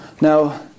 Now